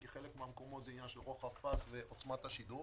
כי בחלק מהמקומות זה עניין של רוחב פס ועצמת השידור.